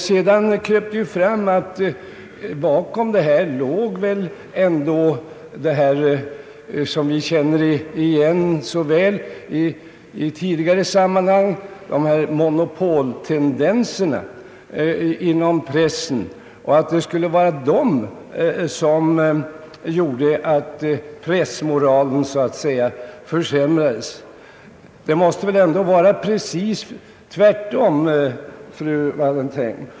Sedan kröp det fram, att bakom förslaget ligger talet om monopoltendenser inom pressen, vilket vi så väl känner igen, och att dessa skulle vara anledningen till att pressmoralen försämrades. Det måste väl ändå vara precis tvärtom, fru Wallentheim.